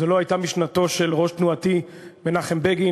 זו לא הייתה משנתו של ראש תנועתי מנחם בגין,